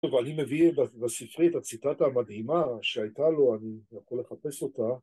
טוב, אני מביא בספרי את הציטטה המדהימה שהייתה לו, אני יכול לחפש אותה.